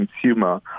consumer